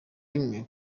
rimwe